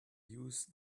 use